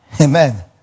Amen